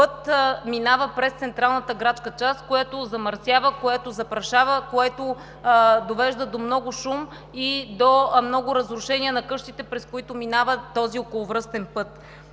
път минава през централната градска част, което замърсява, което запрашава, което довежда до много шум и до много разрушения на къщите, през които минава този околовръстен път.